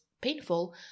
painful